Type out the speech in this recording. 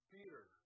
Peter